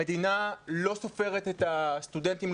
המדינה לא סופרת את הסטודנטים,